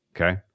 Okay